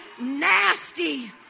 nasty